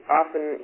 often